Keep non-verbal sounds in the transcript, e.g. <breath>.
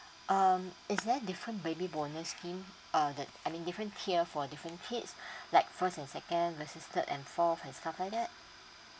um is there different baby bonus scheme err the I mean different tier for different kids <breath> like first and second versus third and fourth have stuff like that